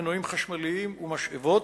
מנועים חשמליים ומשאבות,